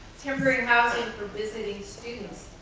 temporary housing for visiting students,